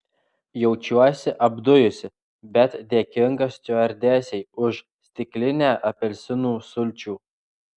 jaučiuosi apdujusi bet dėkinga stiuardesei už stiklinę apelsinų sulčių